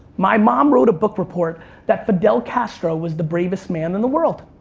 my mom wrote a book report that fidel castro was the bravest man in the world.